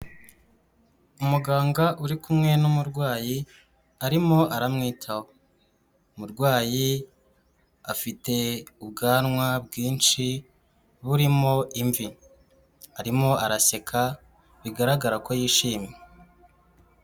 Umuganga uri kumwe n'umurwayi arimo aramwitaho, umurwayi afite ubwanwa bwinshi burimo imvi, arimo araseka bigaragara ko yishimye.